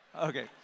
Okay